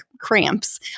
cramps